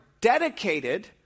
dedicated